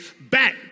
back